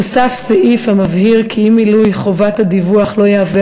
הוסף סעיף המבהיר כי אי-מילוי חובת הדיווח לא יהווה